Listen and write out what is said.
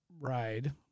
ride